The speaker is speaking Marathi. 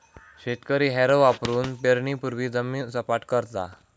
शेतकरी हॅरो वापरुन पेरणीपूर्वी जमीन सपाट करता